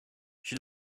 she